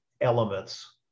elements